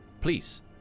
please